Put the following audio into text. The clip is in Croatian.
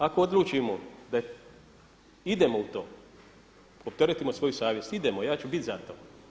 Ako odlučimo da idemo u to opteretimo svoju savjest, idemo, ja ću bit za to.